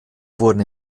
wurden